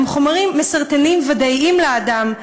הם חומרים מסרטנים ודאיים לאדם,